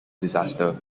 disaster